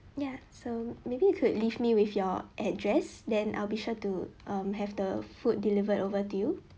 ya so maybe you could leave me with your address then I'll be sure to um have the food delivered over to you